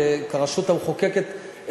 כרשות המחוקקת,